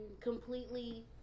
completely